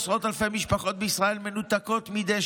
עשרות אלפי משפחות בישראל מנותקות מדי